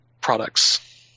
products